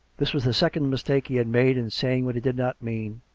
this was the second mistake he had made in saying what he did not mean.